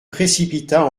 précipita